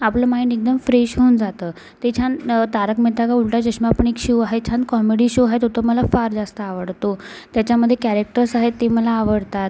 आपलं माईंड एकदम फ्रेश होऊन जातं ते छान तारक मेहता का उलटा चश्मापण एक शो आहे छान कॉमेडी शो आहे तो तर मला फार जास्त आवडतो त्याच्यामध्ये कॅरेक्टर्स आहे ते मला आवडतात